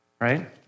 right